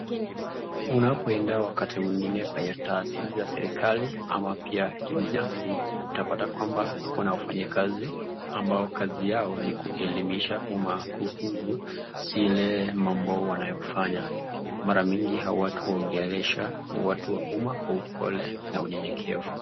Unapoenda wakati mwingine kwenye tahasisi ya serikali ama pia ya kibinafsi utapata kwamba kuna wafanyakazi ambao kazi yao ni kuelimisha umma kuhusu zile mambo wanayofanya. Mara mingi hao watu huongelesha watu wa umma kwa upole na unyenyekevu.